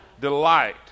delight